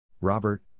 Robert